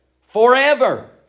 forever